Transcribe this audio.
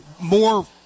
more